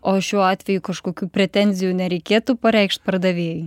o šiuo atveju kažkokių pretenzijų nereikėtų pareikšt pardavėjui